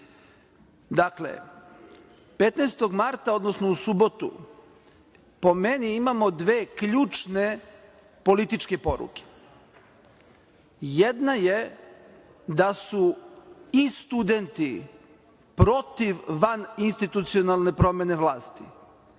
15. marta, odnosno u subotu po meni imamo dve ključne političke poruke. Jedna je da su i studenti protiv vaninstitucionalne promene vlasti,